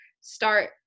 start